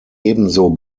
ebenso